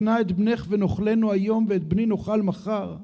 תשנא את בנך ונאכלנו היום ואת בני נאכל מחר